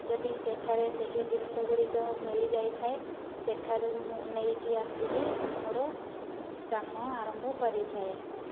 ଯଦି ସେଠାରେ ସେହି ଜିନିଷଗୁଡ଼ିକ ମିଳିଯାଇ ଥାଏ ସେଠାରୁ ମୁଁ ନେଇକି ଆସିକି ମୋର କାମ ଆରମ୍ଭ କରିଥାଏ